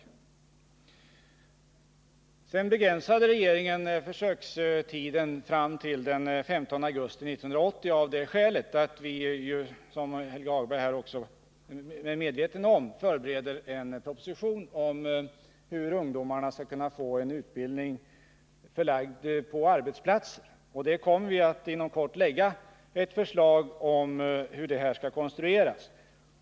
Regeringen begränsade försökstiden i Örebro till att längst sträcka sig till den 15 augusti 1980 av det skälet att vi, vilket Helge Hagberg också nämnde, förbereder en proposition om hur vi skall kunna få till stånd en utbildning för ungdomar förlagd till arbetsplatserna. Vi kommer inom kort att lägga fram ett förslag om hur denna utbildning skall konstrueras.